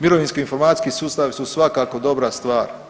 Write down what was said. Mirovinski informacijski sustavi su svakako dobra stvar.